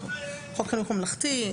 חוק חינוך ממלכתי,